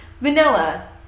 Vanilla